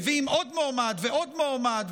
מביאים עוד מועמד ועוד מועמד,